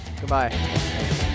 Goodbye